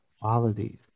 qualities